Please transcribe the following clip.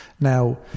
now